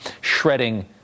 shredding